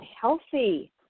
healthy